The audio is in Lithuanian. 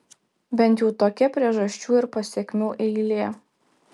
bent jau tokia priežasčių ir pasekmių eilė